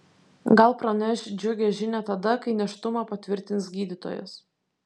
gal praneš džiugią žinią tada kai nėštumą patvirtins gydytojas